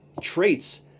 traits